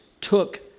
took